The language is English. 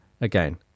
again